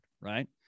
right